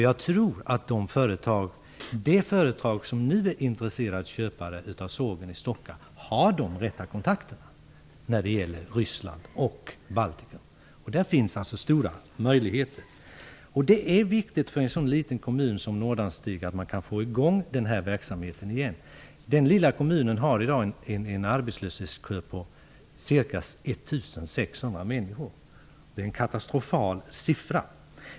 Jag tror också att det företag som nu är intresserat av att köpa sågen i Stocka har de rätta kontakterna med Ryssland och Baltikum. Där finns alltså stora möjligheter. Det är viktigt för en kommun som Nordanstig att få i gång sågverksamheten igen. Denna lilla kommun har i dag en arbetslöshetskö om ca 1 600 personer. Det är ett katastrofalt stort antal.